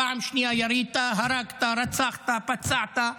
פעם שנייה ירית, הרגת, רצחת, פצעת,